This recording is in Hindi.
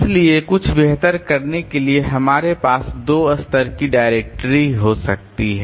इसलिए कुछ बेहतर करने के लिए हमारे पास दो स्तर की डायरेक्टरी हो सकती है